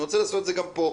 אני רוצה לעשות את זה גם פה.